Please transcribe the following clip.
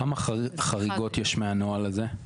כמה חריגות יש מהנוהל הזה?